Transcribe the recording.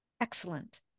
Excellent